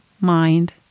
mind